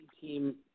team